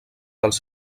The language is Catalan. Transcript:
dels